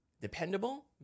dependable